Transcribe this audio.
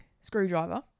screwdriver